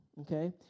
okay